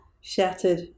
shattered